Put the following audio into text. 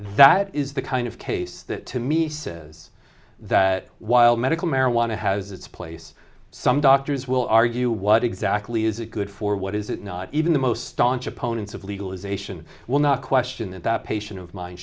that is the kind of case that to me says that while medical marijuana has its place some doctors will argue what exactly is it good for what is it not even the most staunch opponents of legalization will not question and that patient of mine